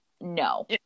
No